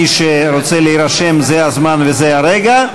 מי שרוצה להירשם, זה הזמן וזה הרגע.